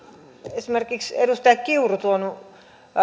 esimerkiksi edustaja kiuru